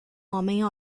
homem